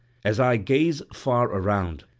as i gaze far around,